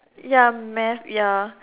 ya math ya